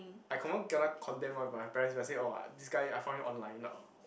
I confirm kena condemn one by my parents if I say orh ah this guy I found him online orh